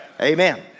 Amen